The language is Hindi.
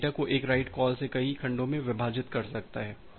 या डेटा को एक राईट कॉल से कई खंडों में विभाजित करता है